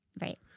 Right